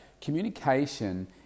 Communication